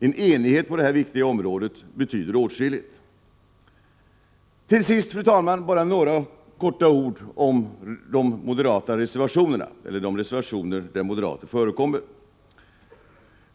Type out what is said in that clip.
En enighet på det här viktiga området betyder åtskilligt. Till sist, fru talman, bara några ord i all korthet om de reservationer som undertecknats av moderater.